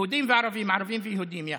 יהודים וערבים, ערבים ויהודים יחד.